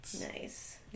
Nice